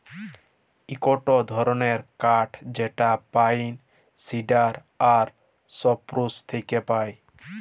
ইকটো ধরণের কাঠ যেটা পাইন, সিডার আর সপ্রুস থেক্যে পায়